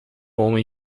homem